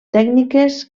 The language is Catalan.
tècniques